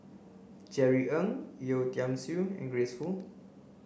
Jerry Ng Yeo Tiam Siew and Grace Fu